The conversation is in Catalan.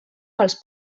pels